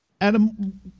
Adam